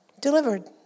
delivered